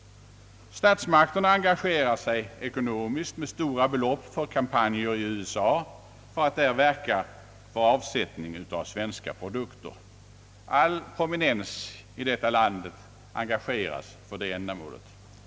Statsmakterna engagerar sig ekonomiskt med stora belopp för kampanjer i USA för att där verka för avsättning av svenska produkter. All prominens i detta land engageras för det ändamålet.